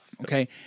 Okay